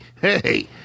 hey